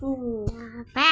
పాప